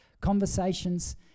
Conversations